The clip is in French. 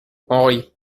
henri